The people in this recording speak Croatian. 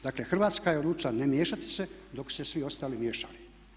Dakle, Hrvatska je odlučila ne miješati se dok su se svi ostali miješali.